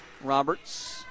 Roberts